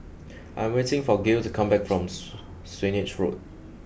I am waiting for Gale to come back from Swanage Road